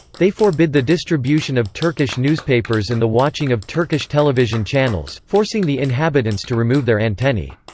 they forbid the distribution of turkish newspapers and the watching of turkish television channels, forcing the inhabitants to remove their antennae.